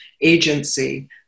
agency